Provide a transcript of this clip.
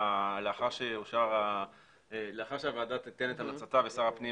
לאחר שהוועדה תיתן את המלצתה ושר הפנים